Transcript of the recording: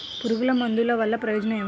పురుగుల మందుల వల్ల ప్రయోజనం ఏమిటీ?